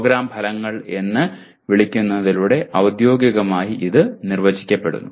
programme ഫലങ്ങൾ എന്ന് വിളിക്കുന്നതിലൂടെ ഔദ്യോഗികമായി ഇത് നിർവചിക്കപ്പെടുന്നു